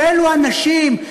באילו אנשים,